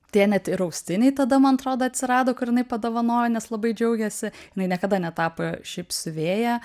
tie net ir austiniai tada man atrodo atsirado kad jinai padovanojo nes labai džiaugėsi jinai niekada netapo šiaip siuvėja